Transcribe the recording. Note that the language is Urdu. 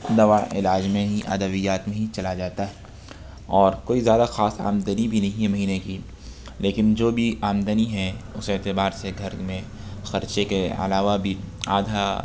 دوا علاج میں ہی ادویات میں ہی چلا جاتا ہے اور کوئی زیادہ خاص آمدنی بھی نہیں ہے مہینے کی لیکن جو بھی آمدنی ہے اس اعتبار سے گھر میں خرچے کے علاوہ بھی آدھا